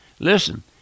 Listen